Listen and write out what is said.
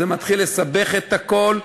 זה מתחיל לסבך את הכול.